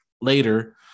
later